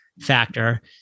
factor